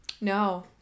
No